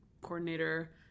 coordinator